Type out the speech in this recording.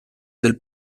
del